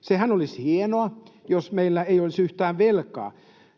Sehän olisi hienoa, jos meillä ei olisi yhtään velkaa,